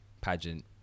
pageant